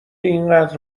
اینقدر